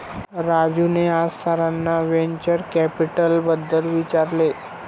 राजूने आज सरांना व्हेंचर कॅपिटलबद्दल विचारले